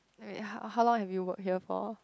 oh ya how how long have you work here for